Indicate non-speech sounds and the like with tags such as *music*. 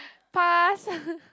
pass *laughs*